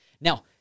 Now